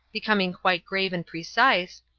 becoming quite grave and precise,